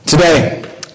Today